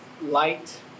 light